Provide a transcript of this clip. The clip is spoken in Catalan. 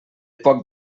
poc